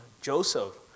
Joseph